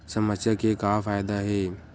समस्या के का फ़ायदा हे?